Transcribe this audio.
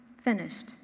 finished